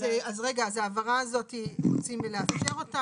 אז רגע, אז ההבהרה הזאת, אנחנו רוצים לאפשר אותה?